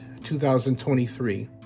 2023